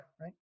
right